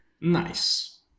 Nice